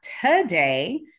today